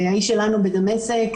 האיש שלנו בדמשק.